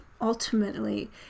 ultimately